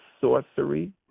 sorcery